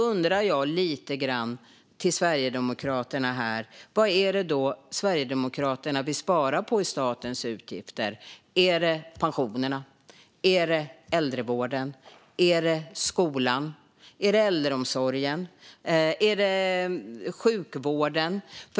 Då har jag en fråga till Sverigedemokraterna. Vad är det Sverigedemokraterna vill spara på i statens utgifter? Är det pensionerna? Är det äldrevården? Är det skolan? Är det äldreomsorgen? Är det sjukvården?